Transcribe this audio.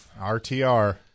RTR